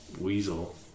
Weasel